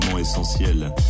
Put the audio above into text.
essentiel